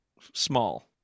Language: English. small